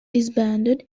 disbanded